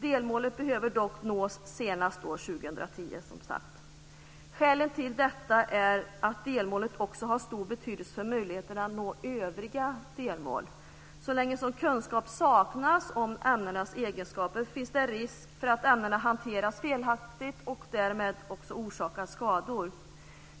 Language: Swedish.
Delmålet behöver dock nås senast Skälen till detta är att delmålet också har stor betydelse för möjligheterna att nå övriga delmål. Så länge som kunskap saknas om ämnenas egenskaper finns det risk för att ämnena hanteras felaktigt och därmed orsakar skador.